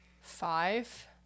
five